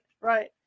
Right